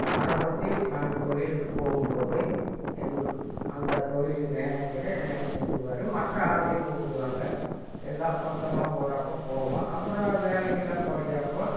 ஆரம்பத்தில் நான் தொழிலுக்கு போகும் போதே என் அந்த தொழில் மேனேஜரே என்னை கூப்பிடுவாரு மற்ற ஆள்களையும் கூப்பிடுவாங்க எல்லாம் மொத்தமாக போகிறப்ப போவோம் அப்புறம் வேலைகள்லாம் குறையிறப்போ